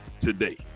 today